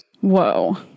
Whoa